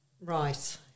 Right